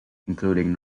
including